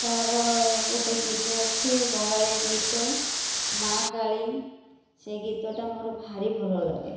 ତାର ଗୋଟେ ଗୀତ ଅଛି ବଙ୍ଗାଳୀ ଗୀତ ମା କାଳୀ ସେ ଗୀତଟା ମୋର ଭାରି ଭଲ ଲାଗେ